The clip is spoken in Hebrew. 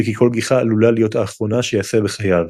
וכי כל גיחה עלולה להיות האחרונה שיעשה בחייו.